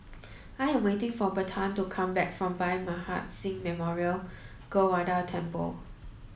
I am waiting for Bertrand to come back from Bhai Maharaj Singh Memorial Gurdwara Temple